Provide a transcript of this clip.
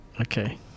Okay